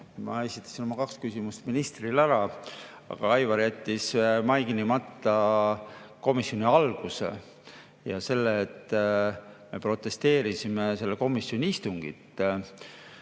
ma esitasin oma kaks küsimust ministrile ära. Aga Aivar jättis mainimata komisjoni alguses [toimunu] ja selle, et me protesteerisime sellel komisjoni istungil.